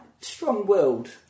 strong-willed